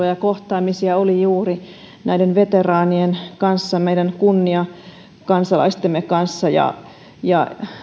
ja kohtaamisia oli juuri näiden veteraanien kanssa meidän kunniakansalaistemme kanssa ja ja